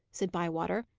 said bywater.